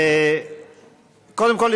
קודם כול,